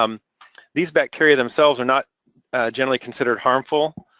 um these bacteria themselves are not generally considered harmful